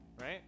Right